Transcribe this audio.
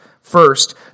First